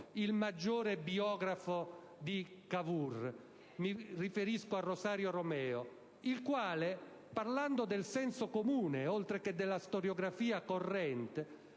il maggiore biografo di Cavour. Mi riferisco a Rosario Romeo, il quale, parlando del senso comune oltre che della storiografia corrente,